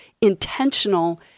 intentional